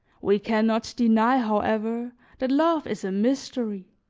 we can not deny, however, that love is a mystery,